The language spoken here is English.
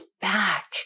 back